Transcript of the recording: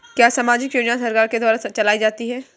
क्या सामाजिक योजना सरकार के द्वारा चलाई जाती है?